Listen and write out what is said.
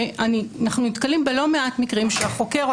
ואנחנו נתקלים בלא מעט מקרים שבהם החוקר או